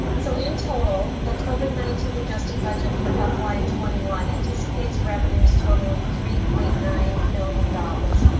so in total, the covid nineteen adjusted budget for fy twenty one anticipates revenues totaling three point nine billion dollars,